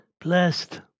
Blessed